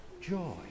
joy